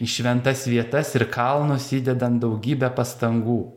į šventas vietas ir kalnus įdedant daugybę pastangų